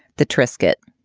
the triscuit?